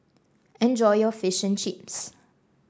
enjoy your Fish and Chips